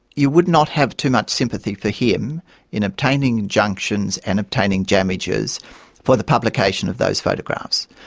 you would not have too much sympathy for him in obtaining injunctions and obtaining damages for the publication of those photographs.